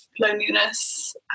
loneliness